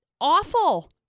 awful